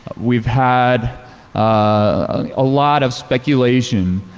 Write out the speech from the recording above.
we have had a lot of speculation,